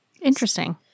Interesting